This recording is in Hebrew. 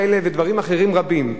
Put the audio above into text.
הדברים האלה ודברים אחרים רבים,